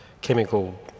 chemical